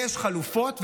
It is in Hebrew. יש חלופות,